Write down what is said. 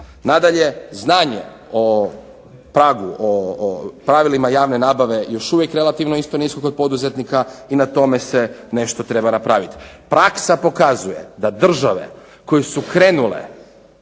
Nadalje znanje o pravu, o pravilima javne nabave još uvijek relativno isto nisu kod poduzetnika, i na tome se nešto treba napraviti. Praksa pokazuje da države koje su krenule